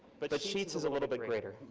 but but sheets is a little bit greater.